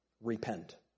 Repent